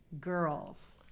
girls